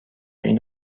این